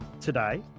Today